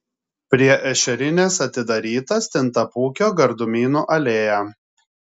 prie ešerinės atidaryta stintapūkio gardumynų alėja